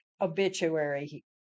obituary